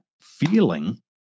feeling